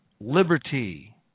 liberty